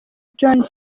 john